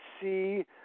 see